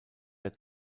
der